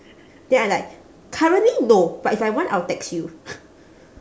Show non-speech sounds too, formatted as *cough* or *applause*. then I like currently no but if I want I will text you *noise*